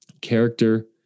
Character